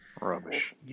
Rubbish